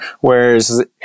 whereas